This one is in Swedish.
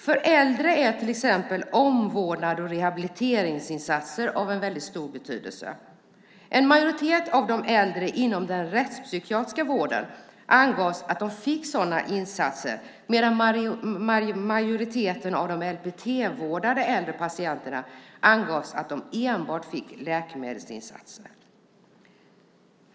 För äldre är till exempel omvårdnads och rehabiliteringsinsatser av väldigt stor betydelse. En majoritet av de äldre inom den rättspsykiatriska vården angav man fick sådana insatser, medan det angavs att majoriteten av de äldre patienterna vårdade enligt LPT enbart fick del av läkemedelsinsatser.